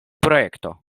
projekto